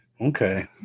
Okay